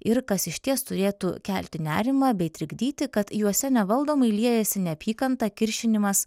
ir kas išties turėtų kelti nerimą bei trikdyti kad juose nevaldomai liejasi neapykanta kiršinimas